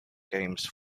games